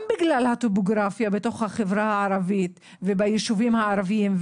גם בגלל הטופוגרפיה בתוך החברה הערבית ובישובים הערביים,